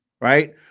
right